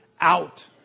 out